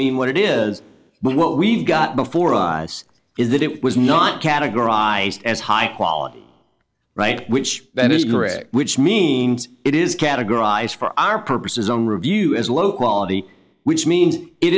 mean what it is but what we've got before us is that it was not categorized as high quality right which that is correct which means it is categorized for our purposes on review as low quality which means it